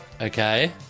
Okay